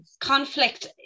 Conflict